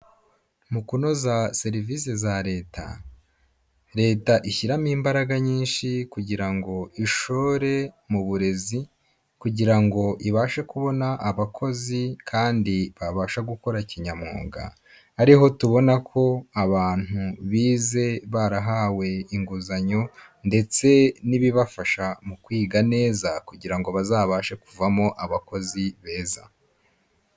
MU kunoza serivisi za leta. Leta ishyiramo imbaraga nyinshi kugira ngo ishore mu burezi, kugira ngo ibashe kubona abakozi kandi babasha gukora kinyamwuga. Ariho tubona ko abantu bize barahawe inguzanyo, ndetse n'ibibafasha mu kwiga neza kugira ngo bazabashe kuvamo abakozi beza.